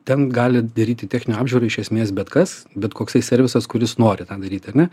ten gali daryti techninę apžiūrą iš esmės bet kas bet koksai servisas kuris nori tą daryt ar ne